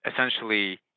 essentially